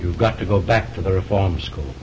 you've got to go back to the reform school